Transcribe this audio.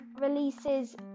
releases